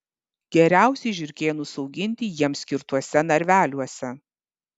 geriausiai žiurkėnus auginti jiems skirtuose narveliuose